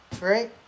right